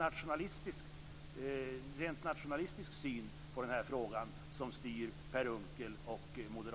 Det är alltså en rent nationalistisk syn på den här frågan som styr Per